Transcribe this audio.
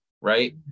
Right